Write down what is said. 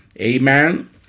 Amen